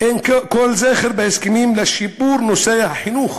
אין כל זכר בהסכמים לשיפור נושא החינוך